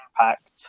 impact